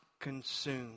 consumed